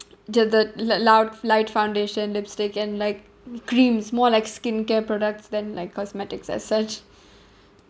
the the the lou~ light foundation lipstick and like creams more like skincare products than like cosmetics as such